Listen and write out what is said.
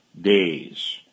days